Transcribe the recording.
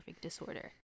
disorder